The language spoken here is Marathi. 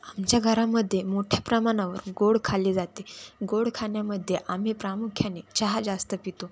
आमच्या घरामध्ये मोठ्या प्रमाणावर गोड खाल्ले जाते गोड खाण्यामध्ये आम्ही प्रामुख्याने चहा जास्त पितो